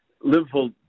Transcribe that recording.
Liverpool